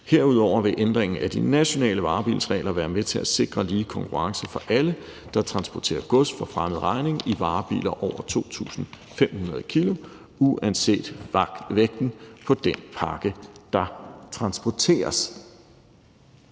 Herudover vil ændringen af de nationale varebilsregler være med til at sikre lige konkurrence for alle, der transporterer gods for fremmed regning i varebiler over 2.500 kg, uanset vægten på den pakke, der transporteres.